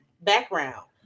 background